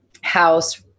house